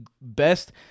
best